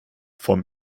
vom